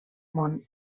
món